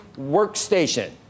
workstation